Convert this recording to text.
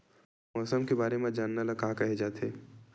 मौसम के बारे म जानना ल का कहे जाथे?